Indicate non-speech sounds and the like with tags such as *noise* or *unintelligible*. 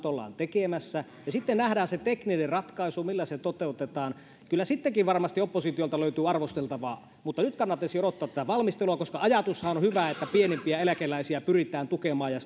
*unintelligible* ollaan tekemässä ja sitten nähdään se tekninen ratkaisu millä se toteutetaan kyllä sittenkin varmasti oppositiolta löytyy arvosteltavaa mutta nyt kannattaisi odottaa tätä valmistelua koska ajatushan on on hyvä että pienimpiä eläkeläisiä pyritään tukemaan ja *unintelligible*